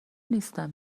نیستم